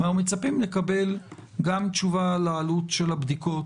אנחנו מצפים לקבל גם תשובה לעלות של הבדיקות